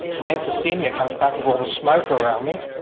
my emphysema comes back with all the smoke around me,